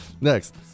next